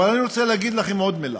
אבל אני רוצה להגיד לכם עוד מילה.